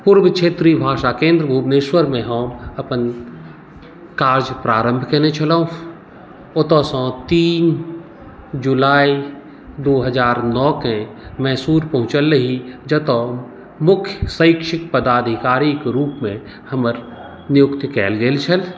पूर्व क्षेत्रीय भाषा केन्द्र भुवनेश्वरमे हम अपन कार्य प्रारम्भ केने छलहुँ ओतयसँ तीन जुलाई दू हजार नओके मैसूर पहुँचल रही जतय मुख्य शैक्षिक पदाधिकारीके रूपमे हमर नियुक्ति कयल गेल छल